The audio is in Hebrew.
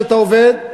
שאתה עובד,